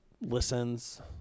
listens